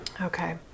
Okay